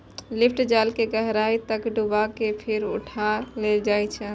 lift जाल कें गहराइ तक डुबा कें फेर उठा लेल जाइ छै